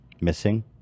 Missing